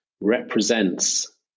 represents